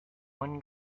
one